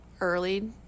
early